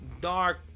dark